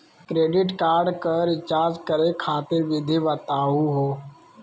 Credit card क recharge करै खातिर विधि बताहु हो?